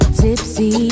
tipsy